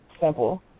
simple